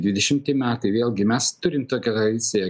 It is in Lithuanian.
dvidešimti metai vėlgi mes turim tokią tradiciją